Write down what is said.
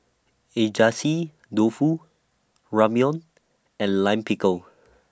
Dofu Ramyeon and Lime Pickle